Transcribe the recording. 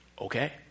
Okay